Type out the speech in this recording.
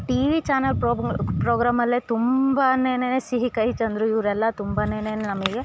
TV channel program ಪ್ರೋಗ್ರಾಮಲ್ಲೇ ತುಂಬಾನೆ ಸಿಹಿ ಕಹಿ ಚಂದ್ರು ಇವರೆಲ್ಲ ತುಂಬಾನೆ ನಮಗೆ